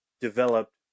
developed